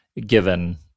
given